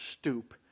stoop